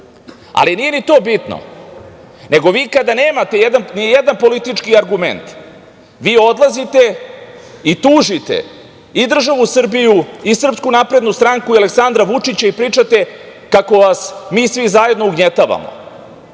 evra. Nije ni to bitno, nego vi kada nemate ni jedan politički argument, vi odlazite i tužite i državu Srbiju i SNS i Aleksandra Vučića i pričate kako vas mi svi zajedno ugnjetavamo.